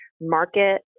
market